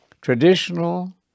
traditional